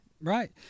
Right